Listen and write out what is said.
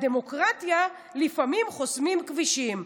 בדמוקרטיה לפעמים חוסמים כבישים.